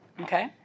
Okay